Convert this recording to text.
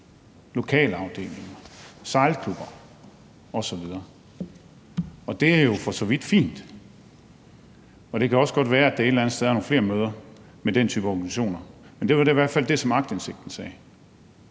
lokalafdelinger, sejlklubber osv. – og det er jo for så vidt fint, og det kan også godt være, at der har været nogle flere møder med den type organisationer, men det er i hvert fald det, aktindsigten har